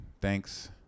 thanks